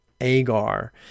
Agar